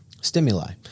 stimuli